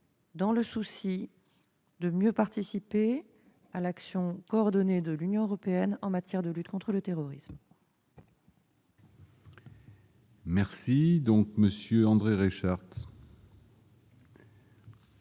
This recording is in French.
accélérée afin de mieux participer à l'action coordonnée de l'Union européenne en matière de lutte contre le terrorisme. La parole est à M. André Reichardt.